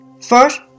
First